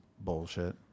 bullshit